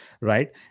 right